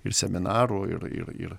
ir seminarų ir ir ir